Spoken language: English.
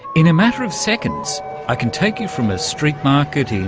in a matter of seconds i can take you from a street-market in,